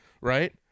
right